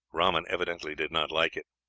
rahman evidently did not like it.